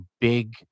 big